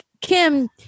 Kim